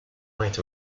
might